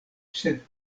sed